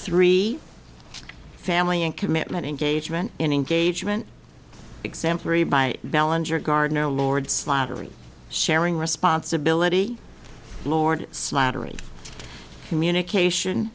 three family and commitment engagement in engagement exemplary by bellenger gardner lord slattery sharing responsibility lord slattery communication